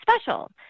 special